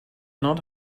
not